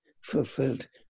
fulfilled